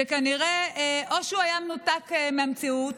שכנראה היה מנותק מהמציאות,